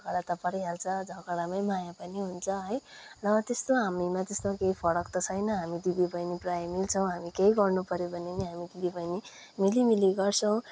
झगडा त परिहाल्छ झगडामै माया पनि हुन्छ है र त्यस्तो हामीमा त्यस्तो केही फरक त छैन हामी दिदी बहिनी प्रायः मिल्छौँ हामी केही गर्नु पऱ्यो भने पनि हामी दिदी बहिनी मिली मिली गर्छौँ